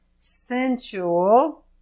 sensual